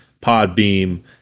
Podbeam